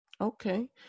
Okay